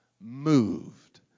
moved